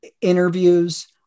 interviews